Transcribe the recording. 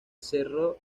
cerro